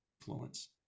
influence